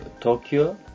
Tokyo